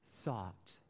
thought